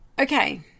Okay